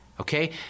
okay